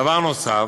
דבר נוסף,